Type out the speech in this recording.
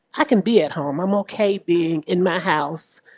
i can be at home. i'm ok being in my house.